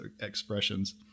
expressions